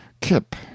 kip